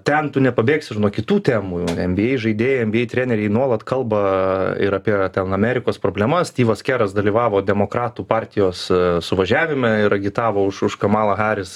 ten tu nepabėgsi ir nuo kitų temų nba žaidėjai nba treneriai nuolat kalba ir apie ten amerikos problemas styvas keras dalyvavo demokratų partijos suvažiavime ir agitavo už už kamalą haris